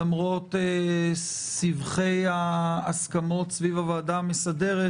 למרות סבכי ההסכמות סביב הוועדה המסדרת,